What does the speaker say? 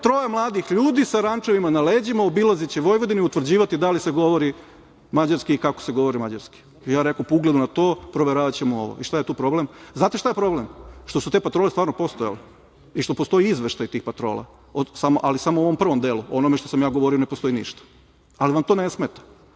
Troje mladih ljudi sa rančevima na leđima obilaziće Vojvodinu i utvrđivati da li se govori mađarski i kako se govori mađarski. Rekoh, po ugledu na to, proveravaćemo ovo. Šta je tu problem? Znate šta je problem? Što su te patrole stvarno postojale i što postoji izveštaj tih patrola, ali samo u ovom prvom delu. O onome što sam ja govorio ne postoji ništa, ali vam to ne smeta